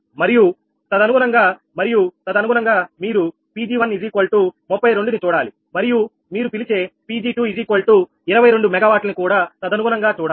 మరియు తదనుగుణంగా మరియు తదనుగుణంగా మీరు 𝑃𝑔132 ని చూడాలి మరియు మీరు పిలిచే 𝑃𝑔222 MW నీ కూడా తదనుగుణంగా చూడాలి